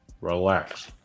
Relax